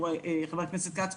ח"כ כץ,